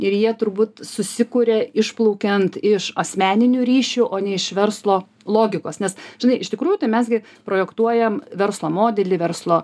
ir jie turbūt susikuria išplaukiant iš asmeninių ryšių o ne iš verslo logikos nes žinai iš tikrųjų tai mes gi projektuojam verslo modelį verslo